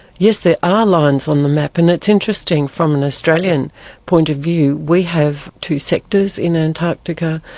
yes, there are lines on the map and it's interesting from an australian point of view, we have two sectors in ah antarctica,